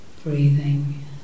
breathing